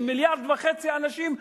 עם מיליארד וחצי אנשים,